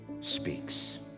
speaks